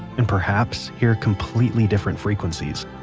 and perhaps hear completely different frequencies